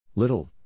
little